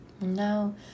Now